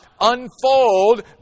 unfold